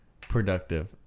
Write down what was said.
Productive